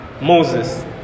Moses